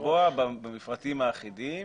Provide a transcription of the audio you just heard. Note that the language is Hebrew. לקבוע במפרטים האחידים